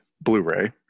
Blu-ray